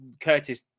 Curtis